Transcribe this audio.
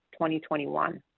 2021